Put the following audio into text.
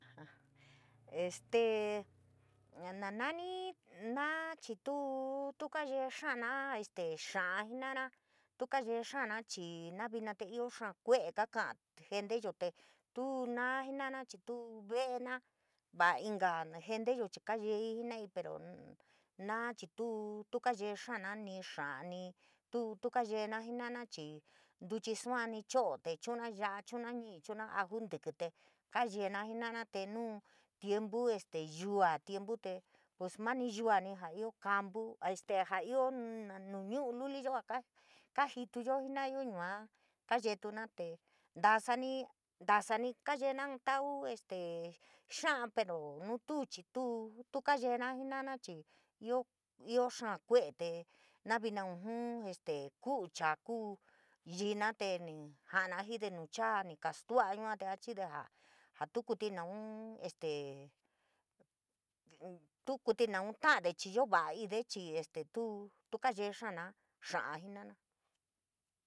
este ña na nani naa chii tuu tu kayee xana este xa´a jii na´ara tu kayee xana chii na vina te ioo xaa kue´e kaa ka´a genteyo te tuu naa jennara chii tuu ve’ena vaa inka naa chii na genteyo chii kayeii jennai pero naa chii tu kayee xana nii xa´ani tuu tukayena jina´ana chii, ntuchi suani cho´ote chu´una ñii, chuiuna aju, nteki tee kayeena jena´ana te nuu tiempo este yua tiempo tee pos mani yuani jaa ioo campu a este jaa ioo nuna ñu´u luliyo a ka kaajituyo jenayo yua yetuna tee ntasani, ntasani kayeena inn tau este xa´a pero nuu tuu chii tuutu kaayeena jenara chii ioo, ioo xaa kuere te na vina ujun kúu chaa kuu yiina te ni ja´ana jide nuu chaa ni ka skua´a yua te achide jaa tu kuíti naun este tu kuetí naun ta´ade chii iova´ade chii tuu kayee xana xaá jena´ana.